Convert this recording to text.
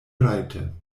rajte